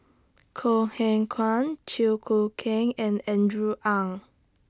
Kok Heng Leun Chew Choo Keng and Andrew Ang